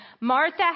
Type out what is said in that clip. Martha